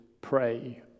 pray